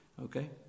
Okay